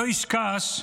אותו איש קש,